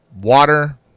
water